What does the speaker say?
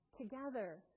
together